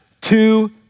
two